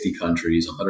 countries